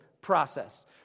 process